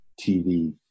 TV